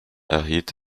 erhielt